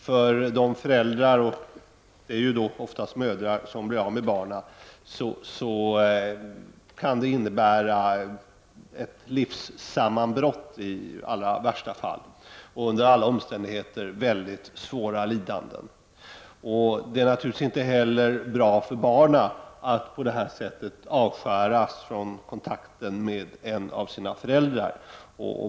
För de föräldrar som blir av med sina barn, och det är oftast mödrar, kan det i allra värsta fall innebära att livssammanbrott och under alla omständigheter mycket svåra lidanden. Det är naturligtvis inte heller bra för barnen att på detta sätt avskäras från kontakten med en av sina föräldrar.